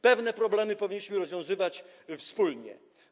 Pewne problemy powinniśmy rozwiązywać wspólnie.